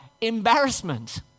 embarrassment